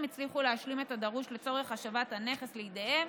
הצליחו להשלים את הדרוש לצורך השבת הנכס לידיהם,